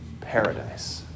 paradise